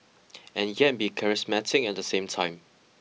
and yet be charismatic at the same time